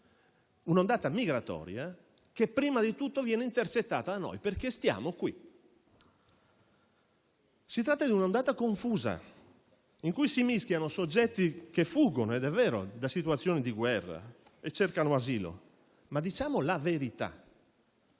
sempre maggiore e che prima di tutto viene intercettata da noi, perché stiamo qui. Si tratta di un'ondata confusa, in cui si mischiano soggetti che fuggono da situazioni di guerra e cercano asilo - ed è vero, ma diciamo la verità: